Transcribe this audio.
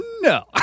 No